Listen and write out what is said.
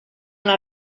una